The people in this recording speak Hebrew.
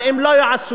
אבל אם לא יעשו,